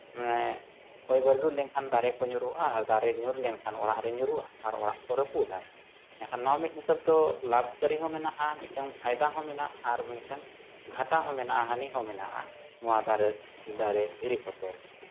ᱢᱟᱱᱮ ᱦᱚᱭ ᱵᱟᱹᱨᱰᱩ ᱞᱮᱱᱠᱷᱟᱱ ᱫᱟᱨᱮ ᱠᱚ ᱧᱩᱨᱩᱜᱼᱟ ᱟᱨ ᱫᱟᱨᱮ ᱧᱩᱨ ᱞᱮᱱᱠᱷᱟᱱ ᱚᱲᱟᱜᱨᱮ ᱧᱩᱨᱩᱜᱼᱟ ᱟᱨ ᱚᱲᱟᱜᱠᱚᱭ ᱨᱯᱟᱹᱯᱩᱫᱟᱭ ᱮᱱᱠᱷᱟᱱ ᱱᱚᱣᱟ ᱢᱤᱫ ᱦᱤᱥᱟᱹᱵᱽ ᱫᱚ ᱞᱟᱵᱷ ᱠᱟᱹᱨᱤᱦᱚᱸ ᱢᱮᱱᱟᱜᱼᱟ ᱢᱤᱫᱴᱟᱝ ᱯᱷᱟᱭᱫᱟ ᱦᱚᱸ ᱢᱮᱱᱟᱜᱼᱟ ᱟᱨ ᱢᱤᱫᱴᱟᱝ ᱜᱷᱟᱴᱟ ᱦᱚᱸ ᱢᱮᱱᱟᱜᱼᱟ ᱦᱟᱱᱤ ᱦᱚᱸ ᱢᱮᱱᱟᱜᱼᱟ ᱱᱚᱣᱟ ᱫᱟᱨᱮ ᱫᱟᱨᱮ ᱫᱷᱤᱨᱤ ᱠᱚᱛᱮ